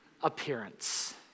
appearance